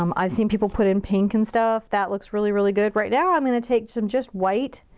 um i've seen people put in pink and stuff. that looks really really good. right now i'm gonna take some just white.